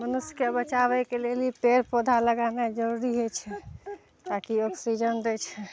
मनुष्यके बचाबयके लेल ई पेड़ पौधा लगाना जरूरी होइ छै ताकि ऑक्सीजन दै छै